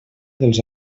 dels